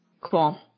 Cool